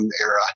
era